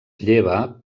lleva